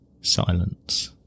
silence